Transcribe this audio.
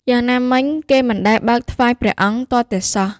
យ៉ាងណាមិញ គេមិនដែល បើកថ្វាយព្រះអង្គ ទាល់តែសោះ ។